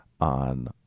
on